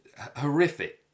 horrific